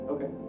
Okay